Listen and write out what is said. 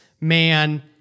man